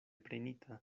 prenita